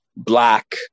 black